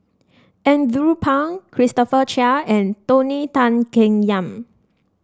Andrew Phang Christopher Chia and Tony Tan Keng Yam